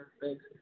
Thanks